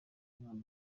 umwana